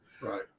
Right